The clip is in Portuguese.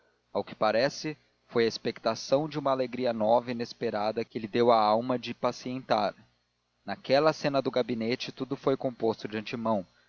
ao que parece foi a expectação de uma alegria nova e inesperada que lhe deu a alma de pacientar naquela cena do gabinete tudo foi composto de antemão